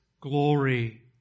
glory